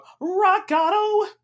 Rockado